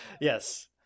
Yes